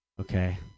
Okay